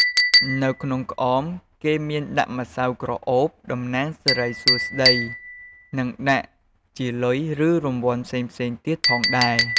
នៅក្នុងក្អមគេមានដាក់ម្សៅក្រអូបតំណាងសេរីសួស្តី និងដាក់ជាលុយឬរង្វាន់ផ្សេងៗទៀតផងដែរ។